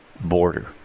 border